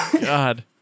God